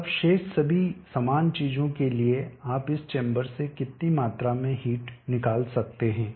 अब शेष सभी समान चीजों के लिए आप इस चैंबर से कितनी मात्रा में हिट निकाल सकते हैं